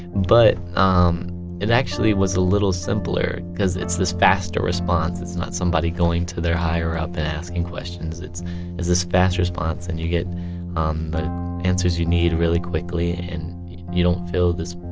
but um it actually was a little simpler because it's this faster response. it's not somebody going to their higher-up and asking questions. it's this fast response. and you get um the answers you need really quickly. and you don't feel this